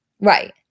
Right